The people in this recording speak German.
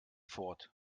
fort